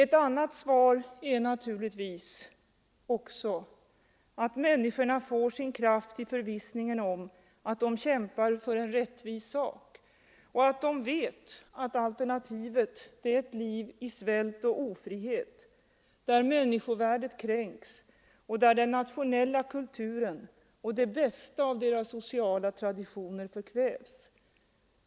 Ett annat svar är naturligtvis också att människorna får sin kraft i förvissningen om att de kämpar för en rättvis sak och att de vet att alternativet är ett liv i svält och ofrihet, där människovärdet kränks och där den nationella kulturen och det bästa av deras sociala traditioner förkvävs.